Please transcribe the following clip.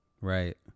right